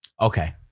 Okay